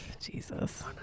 Jesus